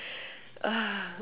ah